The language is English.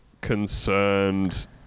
concerned